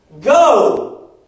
Go